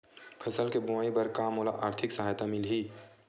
फसल के बोआई बर का मोला आर्थिक सहायता मिलही?